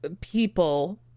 people